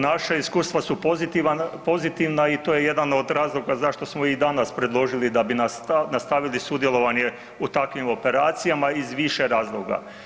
Naša iskustva su pozitivan, pozitivna i to je jedan od razloga zašto smo i danas predložili da bi nastavili sudjelovanje u takvim operacijama iz više razloga.